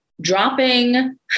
dropping